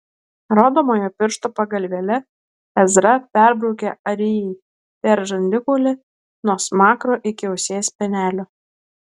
rodomojo piršto pagalvėle ezra perbraukė arijai per žandikaulį nuo smakro iki ausies spenelio